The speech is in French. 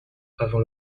avant